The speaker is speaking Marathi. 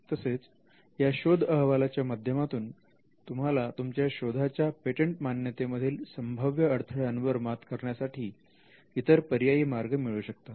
तसेच या शोध अहवालाच्या माध्यमातून तुम्हाला तुमच्या शोधाच्या पेटंटमान्यते मधील संभाव्य अडथळ्यांवर मात करण्यासाठी इतर पर्यायी मार्ग मिळू शकतात